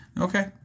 Okay